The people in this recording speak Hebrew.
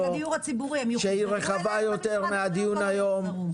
שהיא רחבה יותר מן הדיון היום.